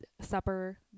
supper